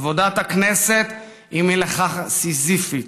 עבודת הכנסת היא מלאכה סיזיפית,